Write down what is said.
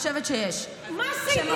הייתה